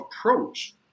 approach